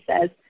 says